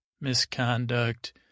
Misconduct